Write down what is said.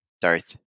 Darth